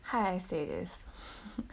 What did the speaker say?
how I say this